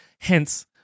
hence